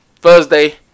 Thursday